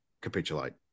capitulate